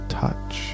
touch